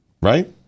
right